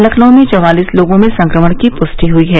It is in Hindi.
लखनऊ में चवालीस लोगों में संक्रमण की पुस्टि हयी है